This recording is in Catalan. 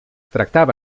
tractava